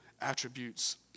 attributes